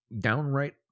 downright